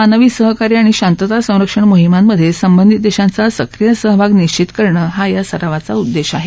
मानवी सहकार्य आणि शांतता संरक्षण मोहिमांमधे संबंधित देशांचा सक्रीय सहभाग निश्वित करणं हा या सरावाचा उद्देश आहे